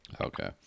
Okay